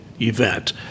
event